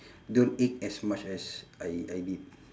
don't ache as much as I I did